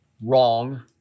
Wrong